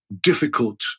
difficult